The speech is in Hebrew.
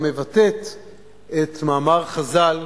המבטאת את מאמר חז"ל,